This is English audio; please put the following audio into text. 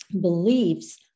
Beliefs